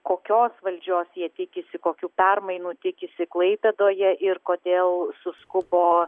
kokios valdžios jie tikisi kokių permainų tikisi klaipėdoje ir kodėl suskubo